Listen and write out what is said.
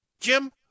Jim